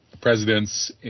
presidents